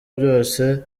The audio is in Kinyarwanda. byose